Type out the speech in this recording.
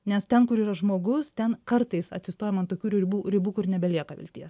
nes ten kur yra žmogus ten kartais atsistojam ant tokių ribų ribų kur nebelieka vilties